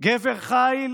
גבר חיל,